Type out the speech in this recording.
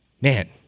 man